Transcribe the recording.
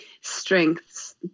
strengths